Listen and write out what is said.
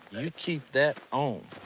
you keep that um